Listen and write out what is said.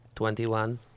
Twenty-one